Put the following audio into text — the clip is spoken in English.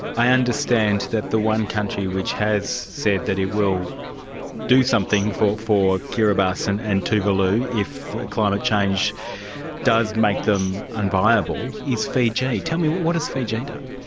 i understand that the one country which has said that it will do something for for kiribati and and tuvalu if climate change does make them unviable, is fiji. tell me, what what has fiji done?